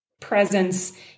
presence